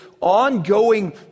ongoing